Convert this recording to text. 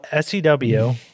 sew